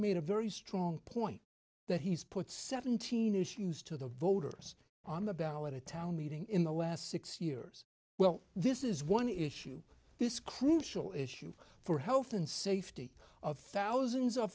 made a very strong point that he's put seventeen issues to the voters on the ballot a town meeting in the last six years well this is one issue this crucial issue for health and safety of thousands of